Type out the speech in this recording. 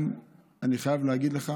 אני חייב להגיד לך